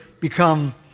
become